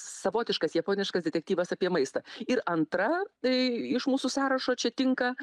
savotiškas japoniškas detektyvas apie maistą ir antra i iš mūsų sąrašo čia tinka